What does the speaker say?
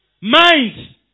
mind